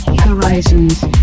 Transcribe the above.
Horizons